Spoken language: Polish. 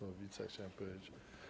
Nowica chciałem powiedzieć.